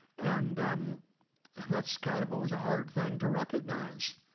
and and that's kind of what was a hard thing to recognize.